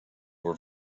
were